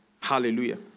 Hallelujah